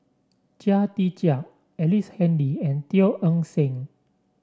Chia Tee Chiak Ellice Handy and Teo Eng Seng